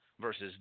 versus